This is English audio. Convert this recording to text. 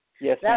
Yes